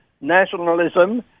nationalism